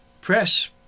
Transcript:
press